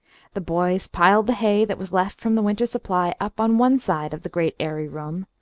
the boys piled the hay that was left from the winter's supply up on one side of the great airy room,